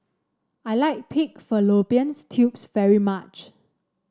I like Pig Fallopian Tubes very much